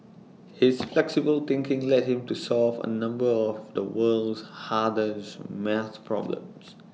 his flexible thinking led him to solve A number of the world's hardest maths problems